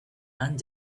and